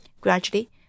Gradually